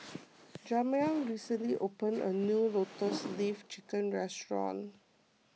Jamar recently opened a new Lotus Leaf Chicken Restaurant